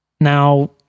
Now